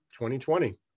2020